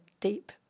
deep